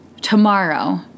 tomorrow